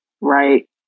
right